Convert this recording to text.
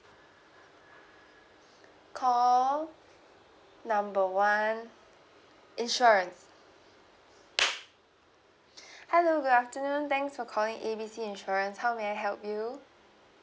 call number one insurance hello good afternoon thanks for calling A B C insurance how may I help you